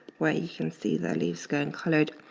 where you can see the leaves going colored.